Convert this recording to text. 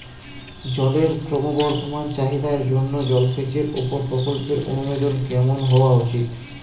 জলের ক্রমবর্ধমান চাহিদার জন্য জলসেচের উপর প্রকল্পের অনুমোদন কেমন হওয়া উচিৎ?